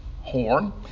horn